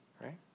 right